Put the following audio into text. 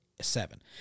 seven